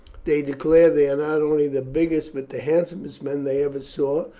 they declare they are not only the biggest but the handsomest men they ever saw,